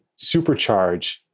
supercharge